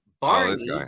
Barney